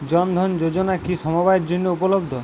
জন ধন যোজনা কি সবায়ের জন্য উপলব্ধ?